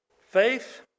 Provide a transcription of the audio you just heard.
Faith